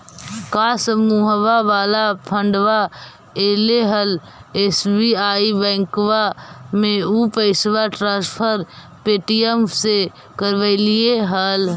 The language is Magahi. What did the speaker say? का समुहवा वाला फंडवा ऐले हल एस.बी.आई बैंकवा मे ऊ पैसवा ट्रांसफर पे.टी.एम से करवैलीऐ हल?